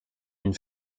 une